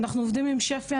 אנחנו עובדים עם שפ"י,